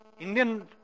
Indian